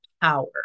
power